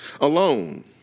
alone